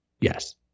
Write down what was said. Yes